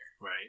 Right